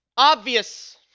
Obvious